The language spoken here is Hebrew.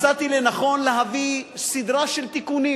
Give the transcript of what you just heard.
מצאתי לנכון להביא סדרה של תיקונים,